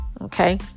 Okay